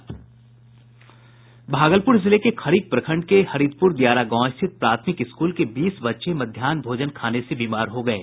भागलपुर जिले के खरीक प्रखंड के हरिदपुर दियारा गांव स्थित प्राथमिक स्कूल के बीस बच्चे मध्याहन भोजन खाने से बीमार हो गये